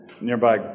nearby